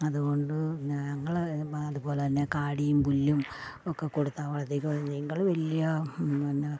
അതുകൊണ്ട് ഞങ്ങള് അതുപോലെത്തന്നെ കാടിയും പുല്ലും ഒക്കെ കൊടുത്താ വളർത്തിക്കോ നിങ്ങൾ വലിയ പിന്നെ